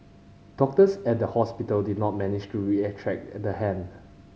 doctors at the hospital did not manage to reattach the hand